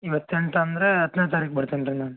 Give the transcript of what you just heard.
ಇವತ್ತು ಎಂಟು ಅಂದರೆ ಹತ್ನೇ ತಾರೀಕು ಬರ್ತೀನಿ ರೀ ನಾನು